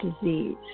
disease